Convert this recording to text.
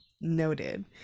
noted